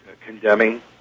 condemning